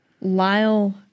Lyle